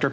d